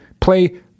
play